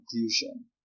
conclusion